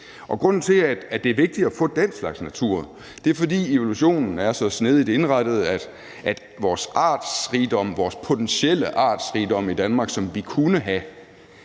Grunden til, at det er vigtigt at få den slags natur, er, at evolutionen er så snedigt indrettet, at vores potentielle artsrigdom i Danmark, som vi kunne have,